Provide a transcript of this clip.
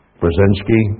Brzezinski